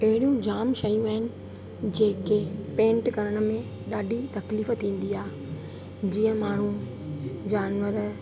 अहिड़ियूं जाम शयूं आहिनि जेके पेंट करण में ॾाढी तकलीफ़ थींदी आहे जीअं माण्हू जानवर